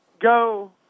go